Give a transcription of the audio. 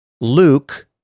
Luke